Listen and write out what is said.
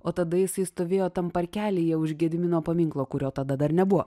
o tada jisai stovėjo tam parkelyje už gedimino paminklo kurio tada dar nebuvo